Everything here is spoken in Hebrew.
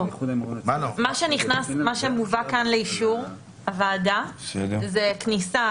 מה שמובא כאן לאישור הוועדה זה כניסה